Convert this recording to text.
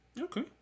Okay